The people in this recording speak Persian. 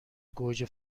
گوجه